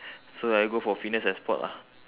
so I go for fitness and sport lah